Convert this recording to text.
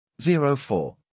04